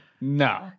no